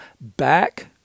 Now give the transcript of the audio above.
back